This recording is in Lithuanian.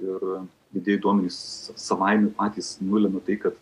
ir didieji duomenys savaime patys nulemia tai kad